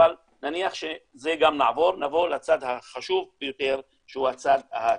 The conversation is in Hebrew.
אבל נניח שזה גם נעבור ונגיע לצד החשוב ביותר שהוא הצד הכספי.